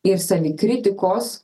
ir savikritikos